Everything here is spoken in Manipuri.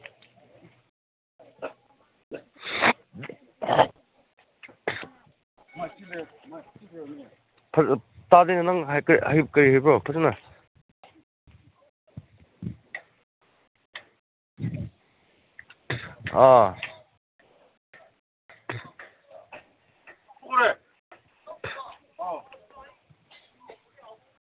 ꯇꯥꯗꯦ ꯅꯪ ꯍꯥꯏꯐꯦꯠ ꯀꯩ ꯍꯥꯏꯕ꯭ꯔꯥ ꯐꯖꯅ